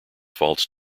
false